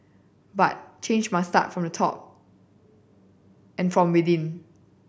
but change must start from the top and from within